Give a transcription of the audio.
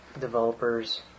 developers